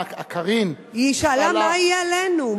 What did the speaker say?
כשקארין שאלה, היא שאלה: מה יהיה עלינו?